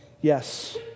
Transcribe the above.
yes